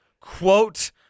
quote